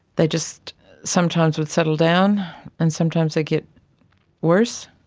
they just sometimes would settle down and sometimes they'd get worse.